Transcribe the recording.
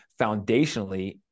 foundationally